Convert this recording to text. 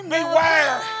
beware